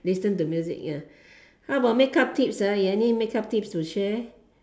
listen to music ya how about makeup tips ah you have any makeup tips to share